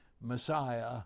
Messiah